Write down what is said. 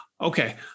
Okay